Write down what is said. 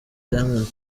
diamond